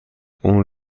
اون